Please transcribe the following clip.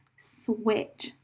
Sweat